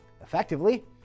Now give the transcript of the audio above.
Effectively